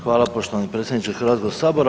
Hvala poštovani predsjedniče Hrvatskoga sabora.